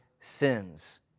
sins